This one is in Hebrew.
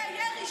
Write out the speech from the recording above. הגיור הזה,